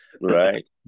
Right